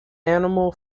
animal